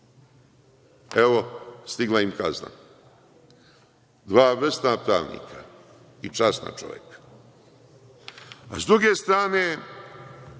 Evo, stigla im je kazna. Dva vrsna pravnika i časna čoveka. Sa druge, strane